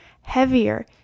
Heavier